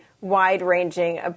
wide-ranging